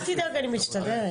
אל תדאג, אני מסתדרת.